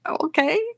okay